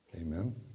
amen